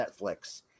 Netflix